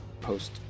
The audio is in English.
post